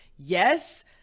Yes